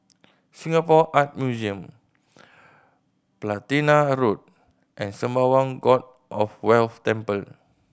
Singapore Art Museum Platina Road and Sembawang God of Wealth Temple